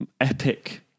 epic